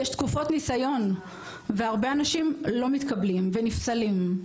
יש תקופות ניסיון והרבה אנשים לא מתקבלים ונפסלים.